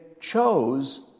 chose